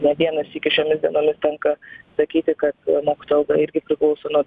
ne vieną sykį šiomis dienomis tenka sakyti kad mokytojo alga irgi priklauso nuo